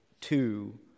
two